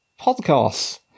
podcasts